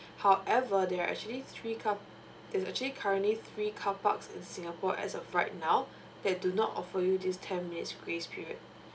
however there are actually three car there's actually currently three carparks in singapore as of right now they do not offer you this ten minutes grace period